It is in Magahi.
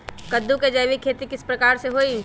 कददु के जैविक खेती किस प्रकार से होई?